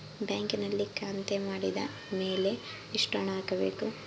ಬ್ಯಾಂಕಿನಲ್ಲಿ ಖಾತೆ ಮಾಡಿದ ಮೇಲೆ ಎಷ್ಟು ಹಣ ಹಾಕಬೇಕು?